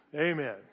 Amen